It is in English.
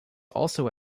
also